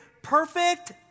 Perfect